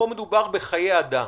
פה מדובר בחיי אדם.